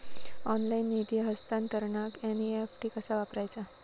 Online निधी हस्तांतरणाक NEFT कसा वापरायचा?